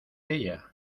ella